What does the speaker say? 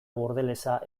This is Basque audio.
bordelesa